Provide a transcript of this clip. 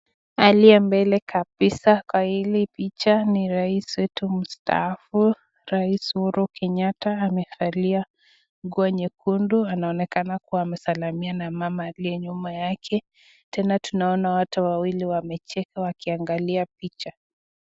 Aliye mbele kabisa kwa hii picha ni rais wetu mstaafu rais Uhuru Kenyatta, amevalia nguo nyekundu, anaonekana kuwa amesalamiana na mama aliye nyuma yake, tena tunaona watu wawili wamecheka wakiangalia picha.